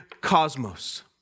cosmos